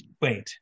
wait